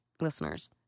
listeners